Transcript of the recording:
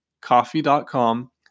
coffee.com